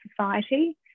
Society